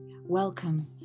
Welcome